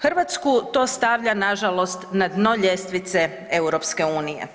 Hrvatsku to stavlja nažalost na dno ljestvice EU.